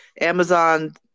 Amazon